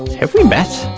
have we met?